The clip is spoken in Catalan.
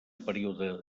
període